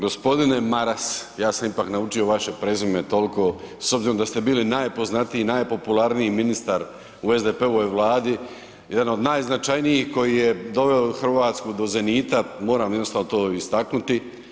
G. Maras, ja sam ipak naučio prezime toliko s obzirom da ste bili najpoznatiji, najpopularniji ministar u SDP-ovoj Vladi, jedan od najznačajnijih koji je doveo Hrvatsku do zenita, moram jednostavno to istaknuti.